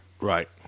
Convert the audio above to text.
right